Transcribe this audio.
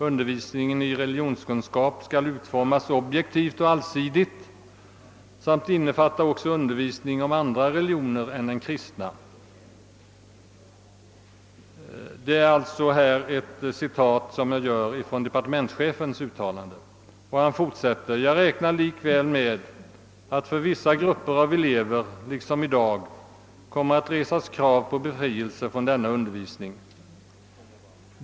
Undervisningen i religionskunskap skall utformas objektivt och allsidigt samt innefatta också undervisning om andra religioner än den kristna. Jag räknar likväl med att för vissa grupper av elever liksom i dag kommer att resas krav på befrielse från denna undervisning.